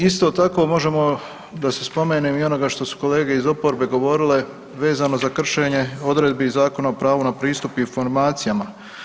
Isto tako možemo da se spomenem i onoga što su kolege iz oporbe govorile vezano za kršenje odredbi Zakona o pravu na pristup informacijama.